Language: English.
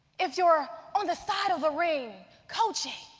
if you're on the side of the ring coaching,